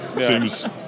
Seems